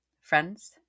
friends